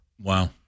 Wow